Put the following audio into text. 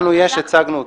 לנו יש, הצגנו אותם.